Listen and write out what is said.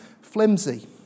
flimsy